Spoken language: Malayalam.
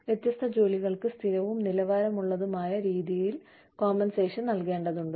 വ്യത്യസ്ത ജോലികൾക്ക് സ്ഥിരവും നിലവാരമുള്ളതുമായ രീതിയിൽ കോമ്പൻസേഷൻ നൽകേണ്ടതുണ്ട്